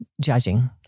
judging